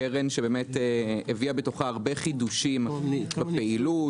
שהביאה בתוכה הרבה חידושים בפעילות,